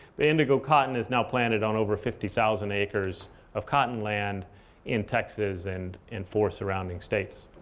but indigo cotton is now planted on over fifty thousand acres of cotton land in texas and in four surrounding states.